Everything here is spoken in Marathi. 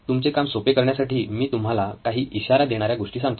तुमचे काम सोपे करण्यासाठी मी तुम्हाला काही इशारा देणाऱ्या गोष्टी सांगतो